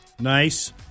Nice